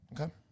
Okay